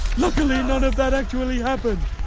luckily none of that actually happened.